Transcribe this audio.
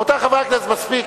רבותי חברי הכנסת, מספיק.